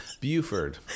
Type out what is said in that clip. Buford